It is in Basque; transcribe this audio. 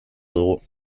dugu